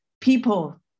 people